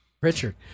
Richard